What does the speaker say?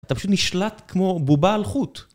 אתה פשוט נשלט כמו בובה על חוט.